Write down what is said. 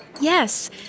Yes